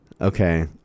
okay